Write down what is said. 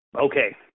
Okay